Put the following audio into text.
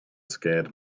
scared